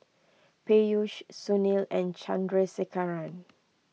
Peyush Sunil and Chandrasekaran